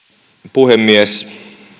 puhemies